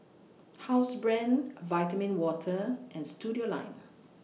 Housebrand Vitamin Water and Studioline